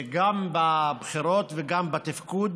גם בבחירות וגם בתפקוד,